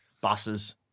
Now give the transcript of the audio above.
buses